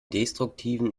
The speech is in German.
destruktiven